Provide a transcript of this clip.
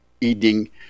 eating